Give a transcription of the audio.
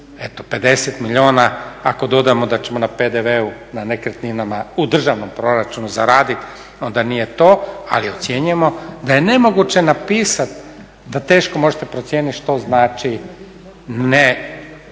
50 milijuna ako dodamo da ćemo na PDV-u na nekretninama u državnom proračunu zaraditi onda nije to, ali ocjenjujemo da je nemoguće napisat da teško možete procijeniti što znači ne